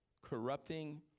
corrupting